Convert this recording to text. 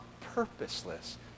purposeless